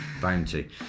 bounty